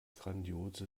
grandiose